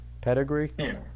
pedigree